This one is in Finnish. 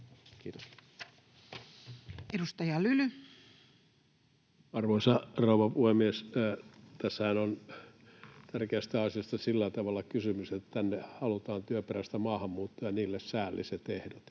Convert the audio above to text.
Time: 18:30 Content: Arvoisa rouva puhemies! Tässähän on tärkeästä asiasta sillä tavalla kysymys, että tänne halutaan työperäistä maahanmuuttoa ja niille säälliset ehdot,